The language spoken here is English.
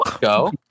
Go